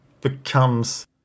becomes